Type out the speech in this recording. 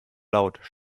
laut